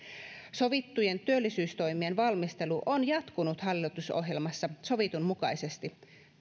sovittujen työllisyystoimien valmistelu on jatkunut hallitusohjelmassa sovitun mukaisesti